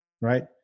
right